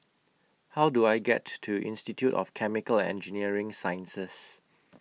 How Do I get to Institute of Chemical Engineering Sciences